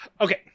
Okay